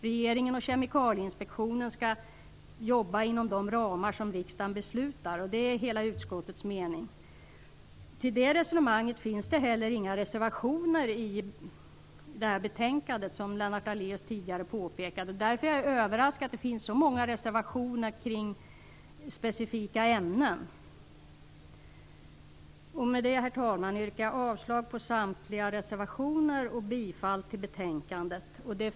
Regeringen och Kemikalieinspektionen skall jobba inom de ramar som riksdagen beslutar. Det är hela utskottets mening. Beträffande det resonemanget finns det heller inga reservationer i det här betänkandet, som Lennart Daléus tidigare påpekade. Därför är jag överraskad över att det finns så många reservationer om specifika ämnen. Med detta, herr talman, yrkar jag avslag på samtliga reservationer och bifall till hemställan i betänkandet.